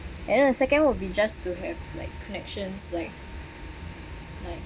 and the second will be just to have like connections like like